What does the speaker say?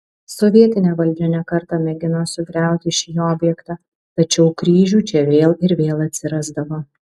sovietinė valdžia ne kartą mėgino sugriauti šį objektą tačiau kryžių čia vėl ir vėl atsirasdavo